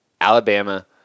Alabama